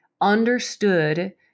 understood